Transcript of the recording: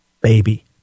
baby